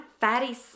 fatty